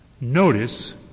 Notice